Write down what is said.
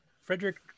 Frederick